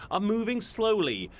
are moving slowly,